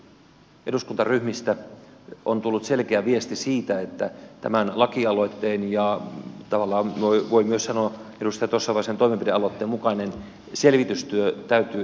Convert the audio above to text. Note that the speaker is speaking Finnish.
eri eduskuntaryhmistä on tullut selkeä viesti siitä että tämän lakialoitteen ja tavallaan myös voi sanoa edustaja tossavaisen toimenpidealoitteen mukainen selvitystyö täytyy eduskunnassa saada käyntiin